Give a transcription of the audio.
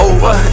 Over